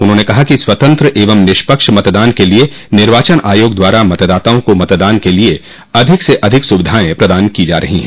उन्होंने कहा कि स्वतंत्र एवं निष्पक्ष मतदान के लिए निर्वाचन आयोग द्वारा मतदाताओं को मतदान के लिए अधिक से अधिक सुविधाएं प्रदान की जा रही हैं